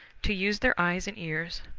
to use their eyes and ears,